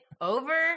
over